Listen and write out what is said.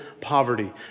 poverty